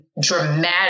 dramatic